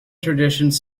traditions